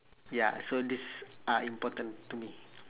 ya so these are important to me